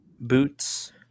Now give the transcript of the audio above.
Boots